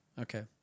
Okay